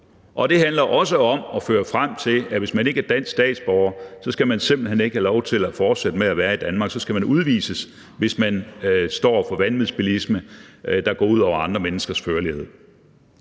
Og det handler også om og fører frem til, at hvis man ikke er dansk statsborger, skal man simpelt hen ikke have lov til at fortsætte med at være i Danmark; så skal man udvises, hvis man står for vanvidsbilisme, der går ud over andre menneskers førlighed.